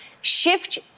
shift